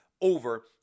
over